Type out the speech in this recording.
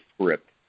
script